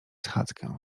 schadzkę